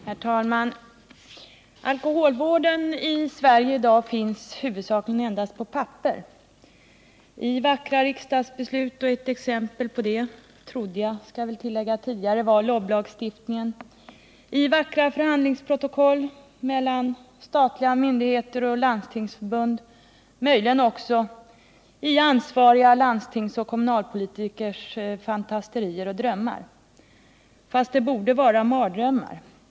Herr talman! Alkoholvården i Sverige finns i dag huvudsakligen endast på papper: i vackra riksdagsbeslut — ett exempel på det trodde jag tidigare var LOB-lagstiftningen — i vackra förhandlingsprotokoll mellan statliga myndigheter och landstingsförbund, och möjligen också i ansvariga landstingsoch kommunalpolitikers fantasterier och drömmar. Men det borde vara mardrömmar.